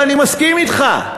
ואני מסכים אתך,